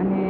અને